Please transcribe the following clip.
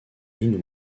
nous